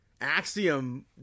Axiom